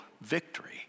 victory